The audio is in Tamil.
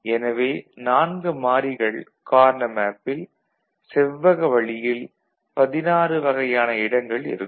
எனவே 4 மாறிகள் கார்னா மேப்பில் செவ்வக வளியில் 16 வகையான இடங்கள் இருக்கும்